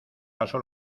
pasó